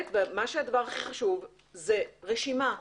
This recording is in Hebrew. הכי חשוב זה שתהיה רשימה ברורה,